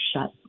shut